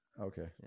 Okay